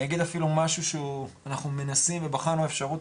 אנחנו כנראה מאוד מאוד חלוקים בתפיסת העולם שלנו,